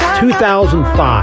2005